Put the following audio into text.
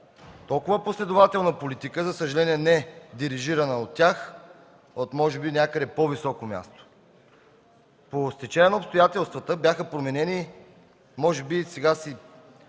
толкова последователна политика, за съжаление, не дирижирана от тях, а може би от по-високо място? По стечение на обстоятелствата бяха променени, сега си